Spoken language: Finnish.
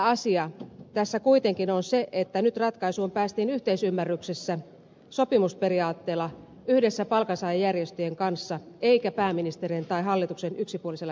pääasia tässä kuitenkin on se että nyt ratkaisuun päästiin yhteisymmärryksessä sopimusperiaatteella yhdessä palkansaajajärjestöjen kanssa eikä pääministerin tai hallituksen yksipuolisella ilmoituksella